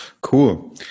Cool